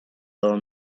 del